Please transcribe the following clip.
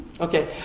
Okay